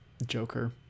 joker